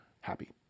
happy